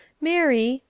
mary,